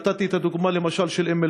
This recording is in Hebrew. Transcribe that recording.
נתתי את הדוגמה של אום-אלפחם,